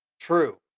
True